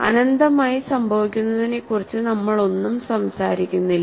അനന്തമായി സംഭവിക്കുന്നതിനെക്കുറിച്ച് നമ്മൾ ഒന്നും സംസാരിക്കുന്നില്ല